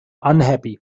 unhappy